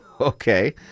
Okay